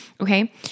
okay